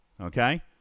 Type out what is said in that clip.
Okay